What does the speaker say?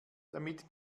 damit